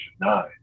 Nine